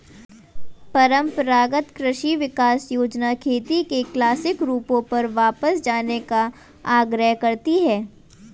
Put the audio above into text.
परम्परागत कृषि विकास योजना खेती के क्लासिक रूपों पर वापस जाने का आग्रह करती है